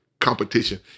competition